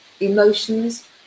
emotions